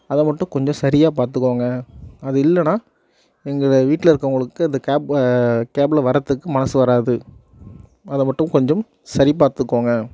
அதை மட்டும் கொஞ்சம் சரியாக பார்த்துக்கோங்க அது இல்லைனா எங்க வீட்டில் இருக்கிறவங்களுக்கு அந்த கேபில் கேபில் வரதுக்கு மனசு வராது அதை மட்டும் கொஞ்சம் சரி பார்த்துக்கோங்க